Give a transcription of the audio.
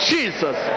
Jesus